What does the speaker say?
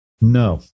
No